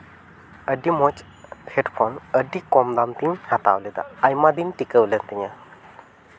ᱟᱹᱰᱤ ᱢᱚᱡᱽ ᱦᱮᱹᱰᱯᱷᱳᱱ ᱟᱹᱰᱤ ᱠᱚᱢ ᱫᱟᱢ ᱛᱤᱧ ᱦᱟᱛᱟᱣ ᱞᱮᱫᱟ ᱟᱭᱢᱟ ᱫᱤᱱ ᱴᱤᱠᱟᱹᱣ ᱞᱮᱱ ᱛᱤᱧᱟᱹ